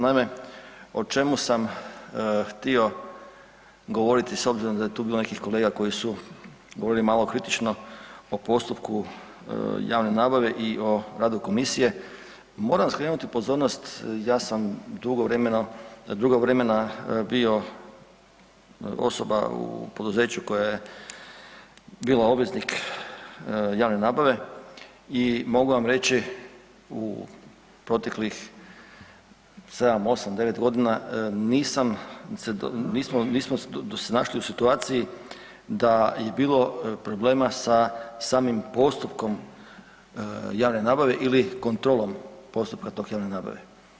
Naime, o čemu sam htio govoriti s obzirom da je tu bilo nekih kolega koji su govorili malo kritično o postupku javne nabave i o radu komisije, moram skrenuti pozornost ja sam dugo vremena bio osoba u poduzeću koja je bila obveznik javne nabave i mogu vam reći u proteklih 7, 8, 9 godina nisam, nismo se našli u situaciji da je bilo problema sa samim postupkom javne nabave ili kontrolom postupka te javne nabave.